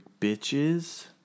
bitches